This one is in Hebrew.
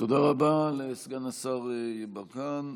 תודה רבה לסגן השר יברקן.